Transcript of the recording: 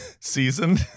season